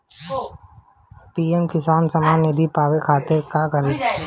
PM Kisan समान निधी पावे खातिर का करी?